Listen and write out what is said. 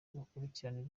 bakurikirana